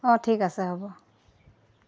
অঁ ঠিক আছে হ'ব